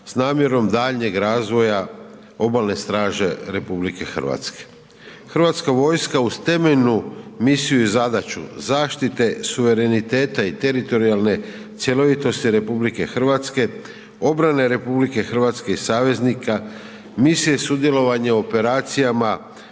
s namjerom daljnjeg razvoja obalne straže RH. Hrvatska vojska uz temeljnu misiju i zadaću zaštite suvereniteta i teritorijalne cjelovitosti RH obrane RH i saveznika misije sudjelovanja u operacijama,